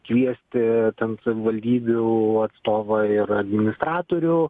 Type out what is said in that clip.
kviesti ten savivaldybių atstovą ir administratorių